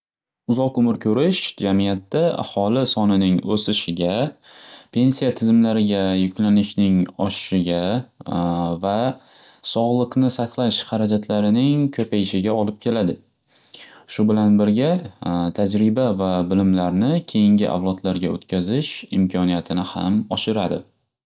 Uzoq umr ko'rish jamiyatda aholi sonining o'sishiga, pensiya tizimlariga yuklanishning oshishiga va sog'liqni saqlash harajatlarining ko'payishiga olib keladi. Shu bilan birga tajriba va bilimlarni keyingi avlodlarga o'tkazish imkoniyatini ham oshiradi.